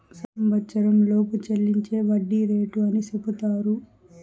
సంవచ్చరంలోపు చెల్లించే వడ్డీ రేటు అని సెపుతారు